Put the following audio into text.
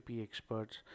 experts